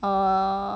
err